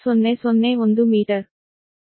001 metre